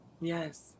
yes